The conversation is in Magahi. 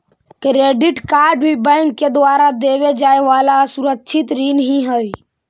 क्रेडिट कार्ड भी बैंक के द्वारा देवे जाए वाला असुरक्षित ऋण ही हइ